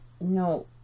no